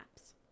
apps